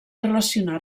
relacionar